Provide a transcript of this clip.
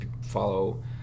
follow